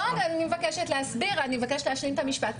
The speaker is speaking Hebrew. אני מבקשת להסביר, אני מבקשת להשלים את המשפט.